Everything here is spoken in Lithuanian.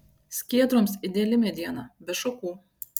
skiedroms ideali mediena be šakų